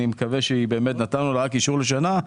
נתנו להם אישור לשנה.